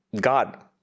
God